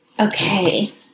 Okay